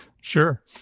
Sure